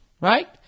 Right